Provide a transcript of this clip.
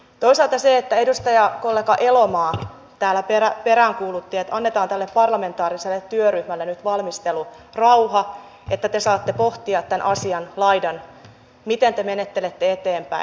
toisaalta edustajakollega elomaa täällä peräänkuulutti että annetaan tälle parlamentaariselle työryhmälle nyt valmistelurauha että te saatte pohtia tämän asian laidan miten te menettelette eteenpäin